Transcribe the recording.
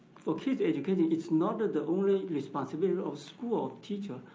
for kids education, it's not ah the only responsibility of school, of teacher,